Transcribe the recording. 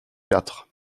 quatre